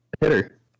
hitter